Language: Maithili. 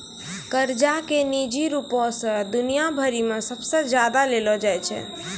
कर्जा के निजी रूपो से दुनिया भरि मे सबसे ज्यादा लेलो जाय छै